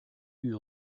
eut